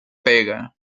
pega